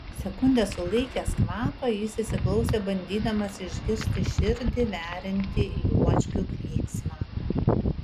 sekundę sulaikęs kvapą jis įsiklausė bandydamas išgirsti širdį veriantį juočkių klyksmą